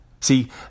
See